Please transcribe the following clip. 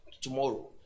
tomorrow